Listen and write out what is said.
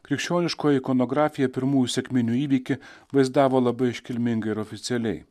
krikščioniškoji ikonografija pirmųjų sekminių įvykį vaizdavo labai iškilmingai ir oficialiai